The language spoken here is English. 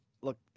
look